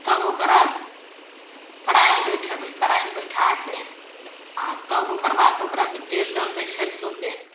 तब ओकरा कड़ाही बैठेबै कड़ाही बैठाके आओर तब ओकर बाद ओकरामे तेल डालबै सरिसोके